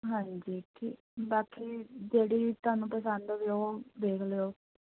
ਹਾਂਜੀ ਠੀ ਬਾਕੀ ਜਿਹੜੀ ਤੁਹਾਨੂੰ ਪਸੰਦ ਹੋਵੇ ਉਹ ਦੇਖ ਲਿਓ